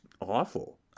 awful